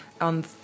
on